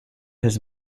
his